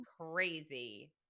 crazy